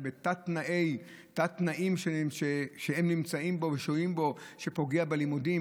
שוהים בהם בתת-תנאים שפוגעים בלימודים,